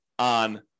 on